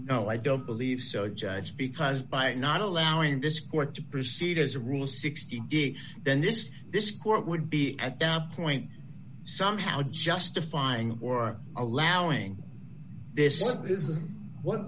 no i don't believe so judge because by not allowing this court to proceed as a rule sixteen gig then this this court would be at that point somehow justifying or allowing this is